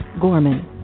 Gorman